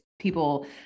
people